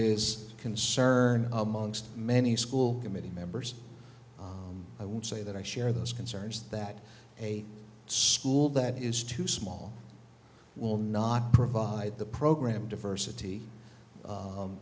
is concern amongst many school committee members i would say that i share those concerns that a school that is too small will not provide the program diversity